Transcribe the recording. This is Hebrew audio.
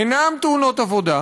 אינן תאונות עבודה,